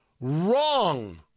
wrong